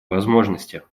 возможности